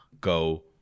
go